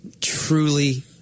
truly